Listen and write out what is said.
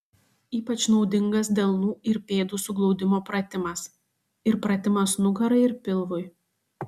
ypač naudingas delnų ir pėdų suglaudimo pratimas ir pratimas nugarai ir pilvui